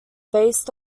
based